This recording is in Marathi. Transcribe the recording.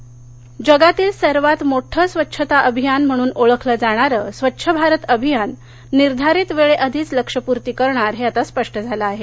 स्वच्छ भारत जगातील सर्वात मोठं स्वच्छता अभियान म्हणून ओळखलं जाणारं स्वच्छ भारत अभियान निर्धारित वेळेआधीच लक्ष्यपूर्ती करणार हे आता स्पष्ट झालं आहे